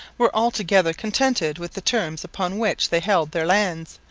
were altogether contented with the terms upon which they held their lands,